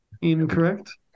Incorrect